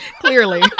Clearly